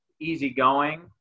easygoing